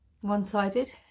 one-sided